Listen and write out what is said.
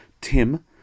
Tim